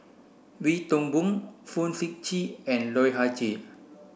Wee Toon Boon Fong Sip Chee and Loh Ah Chee